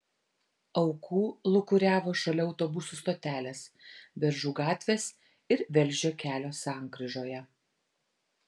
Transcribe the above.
aukų lūkuriavo šalia autobusų stotelės beržų gatvės ir velžio kelio sankryžoje